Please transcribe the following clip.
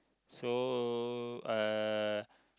so uh